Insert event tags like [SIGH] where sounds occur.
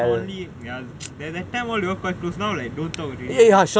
shaun lee ya [NOISE] that time all you all quite close now leh don't talk already